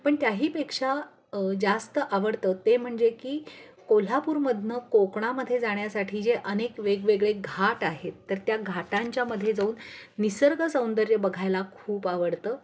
पण त्याहीपेक्षा जास्त आवडतं ते म्हणजे की कोल्हापूरमधनं कोकणामध्येे जाण्यासाठी जे अनेक वेगवेगळे घाट आहेत तर त्या घाटांच्यामध्ये जाऊन निसर्ग सौंदर्य बघायला खूप आवडतं